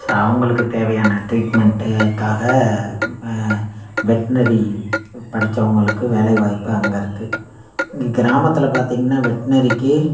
so அவங்களுக்கு தேவையான ட்ரீட்மெண்ட்டுக்காக வெட்னரி படித்தவுங்களுக்கு வேலைவாய்ப்பு அங்கே இருக்குது நீ கிராமத்தில் பார்த்தீங்கனா வெட்னரிக்கு